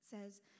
says